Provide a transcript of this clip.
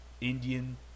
Indian